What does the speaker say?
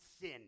sin